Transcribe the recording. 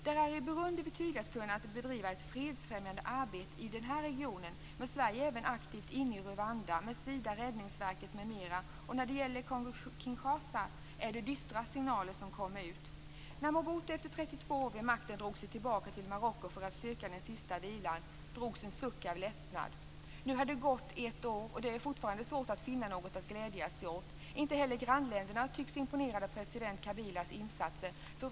Det är i Burundi vi tydligast har kunnat bedriva ett fredsfrämjande arbete i den här regionen. Men Sverige är även aktivt inne i Rwanda genom Sida, Räddningsverket m.m. När det gäller Kongo och Kinshasa är det dystra signaler som kommer ut. När Mobuto efter 32 år vid makten drog sig tillbaka till Marocko för att söka den sista vilan drogs en suck av lättnad. Nu har det gått ett år. Det är fortfarande svårt att finna något att glädja sig åt. Inte heller grannländerna tycks imponerade av president Kabilas insatser.